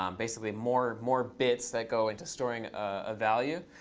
um basically, more more bits that go into storing a value.